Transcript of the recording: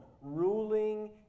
ruling